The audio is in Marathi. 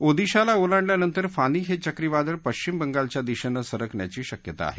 ओदिशाला ओलांडल्यानंतर फानी हे चक्रीवादळ पश्चिम बंगालच्या दिशेनं सरकण्याची शक्यता ीहे